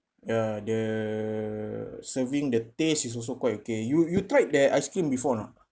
ya the serving the taste is also quite okay you you tried their ice cream before or not